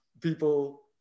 people